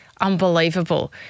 unbelievable